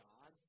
God